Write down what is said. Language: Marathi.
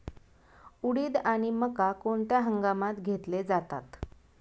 उडीद आणि मका कोणत्या हंगामात घेतले जातात?